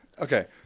Okay